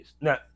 Now